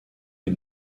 est